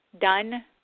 done